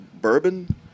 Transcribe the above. bourbon